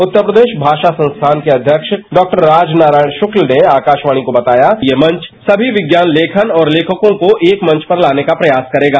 उत्तर प्रदेश भाषा संस्थान के अध्यक्ष डाक्टर राज नारायण शुक्ल ने आकाशवाणी को बताया कि यह मंच सभी विज्ञान लेखन और लेखकों को एक मंच पर लाने का प्रयास करेगा